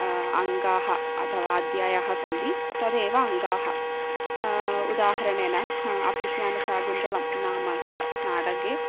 अङ्गाः अथवा अध्यायाः सन्ति तदेव अङ्गाः उदाहरणेन अभिज्ञानशाकुन्तलं नामक नाटके